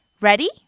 Ready